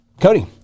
Cody